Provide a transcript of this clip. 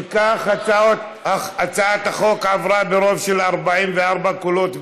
אם כך, הצעת החוק עברה ברוב של 44 קולות בעד,